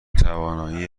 توانایی